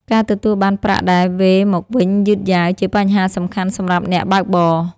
ការទទួលបានប្រាក់ដែលវេរមកវិញយឺតយ៉ាវ ជាបញ្ហាសំខាន់សម្រាប់អ្នកបើកបរ។